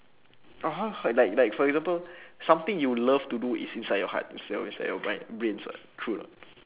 (uh huh) like like for example something you love to do is inside your heart it's not inside your mind brains [what] true or not